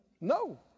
No